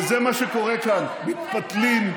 וזה מה שקורה כאן: מתפתלים,